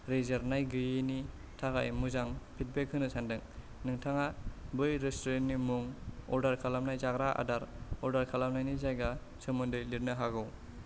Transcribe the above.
रेजेरनाय गैयैनि थाखाय मोजां फिडबेक होनो सानदों नोंथाङा बै रेस्टुरेन्टनि मुं अर्डार खालामनाय जाग्रा आदार अर्डार खालामनायनि जायगा सोमोन्दै लिरनो हागौ